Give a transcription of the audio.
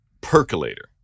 percolator